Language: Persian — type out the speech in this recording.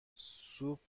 سوپ